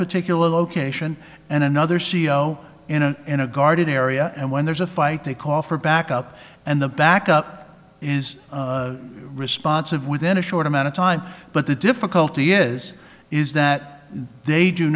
particular location and another c e o in an inner guarded area and when there's a fight they call for backup and the backup is responsive within a short amount of time but the difficulty is is that they do